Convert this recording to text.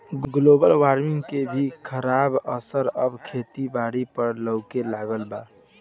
global warming के भी खराब असर अब खेती बारी पर लऊके लगल बा